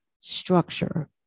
structure